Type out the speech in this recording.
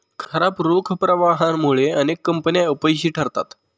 खराब रोख प्रवाहामुळे अनेक कंपन्या अपयशी ठरतात